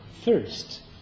First